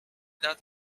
that